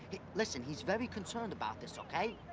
listen, he's very concerned about this, okay?